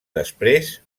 després